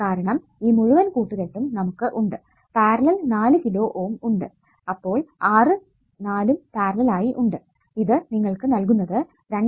കാരണം ഈ മുഴുവൻ കൂട്ടുകെട്ടും നമുക്ക് ഉണ്ട് പാരലൽ 4 കിലോ Ω ഉണ്ട് അപ്പോൾ 6 ഉം 4 ഉം പാരലൽ ആയി ഉണ്ട് ഇത് നിങ്ങൾക്ക് നൽകുന്നത് 2